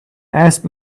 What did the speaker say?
asked